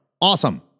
awesome